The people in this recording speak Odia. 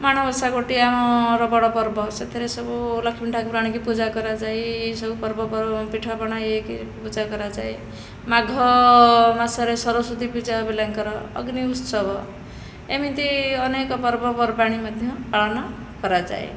ମାଣବସା ଗୋଟିଏ ଆମର ବଡ଼ ପର୍ବ ସେଥିରେ ସବୁ ଲକ୍ଷ୍ମୀ ଠାକୁରାଣୀ କି ପୂଜା କରାଯାଇ ସବୁ ପର୍ବ ପିଠା ପଣା ହୋଇକି ପୂଜା କରାଯାଏ ମାଘ ମାସରେ ସରସ୍ୱତୀ ପୂଜା ପିଲାଙ୍କର ଅଗ୍ନିଉତ୍ସବ ଏମିତି ଅନେକ ପର୍ବପର୍ବାଣି ମଧ୍ୟ ପାଳନ କରାଯାଏ